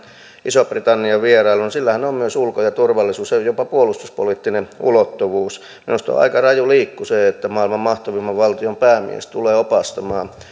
ison britannian vierailuun niin sillähän on myös ulko ja turvallisuus ja jopa puolustuspoliittinen ulottuvuus minusta on aika raju liikku se että maailman mahtavimman valtion päämies tulee opastamaan